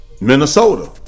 Minnesota